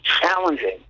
challenging